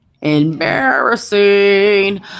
Embarrassing